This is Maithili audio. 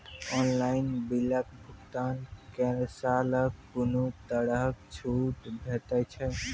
ऑनलाइन बिलक भुगतान केलासॅ कुनू तरहक छूट भेटै छै?